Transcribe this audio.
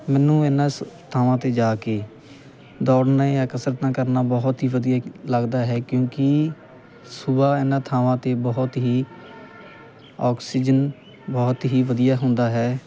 ਮੈਨੂੰ ਇਹਨਾਂ ਸ ਥਾਵਾਂ 'ਤੇ ਜਾ ਕੇ ਦੌੜਨਾ ਜਾਂ ਕਸਰਤਾਂ ਕਰਨਾ ਬਹੁਤ ਹੀ ਵਧੀਆ ਲੱਗਦਾ ਹੈ ਕਿਉਂਕਿ ਸੁਬਹਾ ਇਹਨਾਂ ਥਾਵਾਂ 'ਤੇ ਬਹੁਤ ਹੀ ਆਕਸੀਜਨ ਬਹੁਤ ਹੀ ਵਧੀਆ ਹੁੰਦਾ ਹੈ